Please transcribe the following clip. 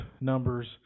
numbers